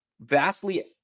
vastly